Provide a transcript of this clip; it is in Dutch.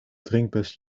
drinkbus